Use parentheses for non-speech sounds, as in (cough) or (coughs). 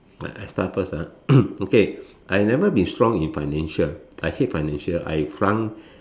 I start first ah (coughs) okay I never be strong in financial I hate financial I flunk